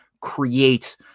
create